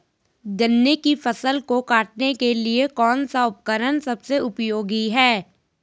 गन्ने की फसल को काटने के लिए कौन सा उपकरण सबसे उपयोगी है?